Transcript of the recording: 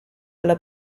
alla